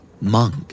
Monk